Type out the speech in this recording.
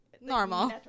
normal